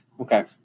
Okay